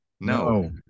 No